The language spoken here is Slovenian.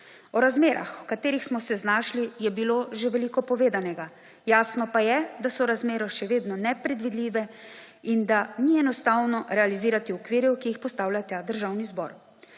O razmerah, v katerih smo se znašli je bilo že veliko povedanega, jasno pa je, da so razmere še vedno nepredvidljive in da ni enostavno realizirati okvirov, ki jih postavlja ta državni zbor.